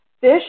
Fish